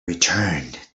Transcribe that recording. returned